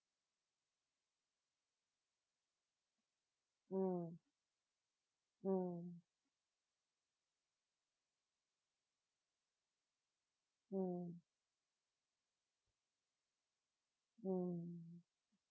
mm mm mm mm